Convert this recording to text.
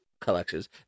collections